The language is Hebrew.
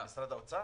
ועדת השרים